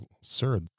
Sir